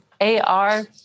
AR